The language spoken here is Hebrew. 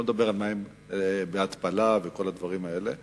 אני לא מדבר על מים בהתפלה וכל הדברים האלה.